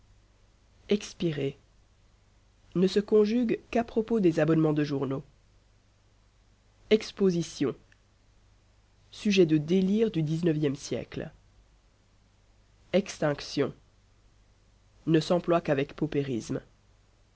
expirer ne se conjugue qu'à propos des abonnements de journaux exposition sujet de délire du xixe siècle extinction ne s'emploie qu'avec paupérisme